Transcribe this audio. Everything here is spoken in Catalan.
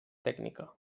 tècnica